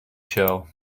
show